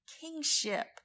kingship